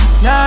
Now